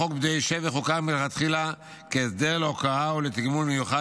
חוק פדויי שבי חוקק מלכתחילה כהסדר להוקרה ולתגמול מיוחד